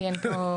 כי אין פה כמעט.